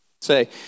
say